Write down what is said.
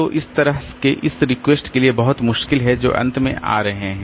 तो इस तरह के इस रिक्वेस्ट के लिए बहुत मुश्किल है जो अंत में आ रहे हैं